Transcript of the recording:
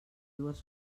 dues